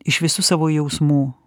iš visų savo jausmų